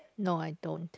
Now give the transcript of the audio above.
no I don't